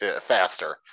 faster